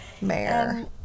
Mayor